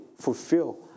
fulfill